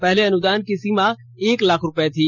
पहले अनुदान की सीमा एक लोख रुपए थी